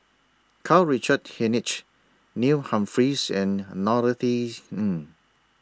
Karl Richard Hanitsch Neil Humphreys and Norothy Ng